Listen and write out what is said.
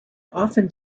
often